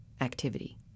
activity